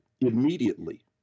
immediately